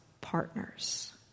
partners